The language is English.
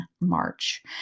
March